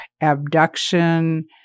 abduction